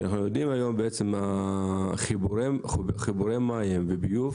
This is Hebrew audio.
כי היום אנחנו יודעים שחיבורי מים וביוב